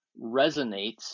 resonates